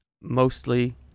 Mostly